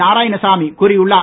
நாராயணசாமி கூறியுள்ளார்